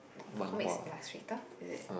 comics illustrator is it